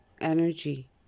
energy